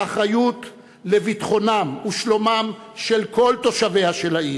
האחריות לביטחונם ושלומם של כל תושביה של העיר,